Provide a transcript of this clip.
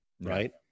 Right